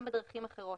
גם בדרכים אחרות.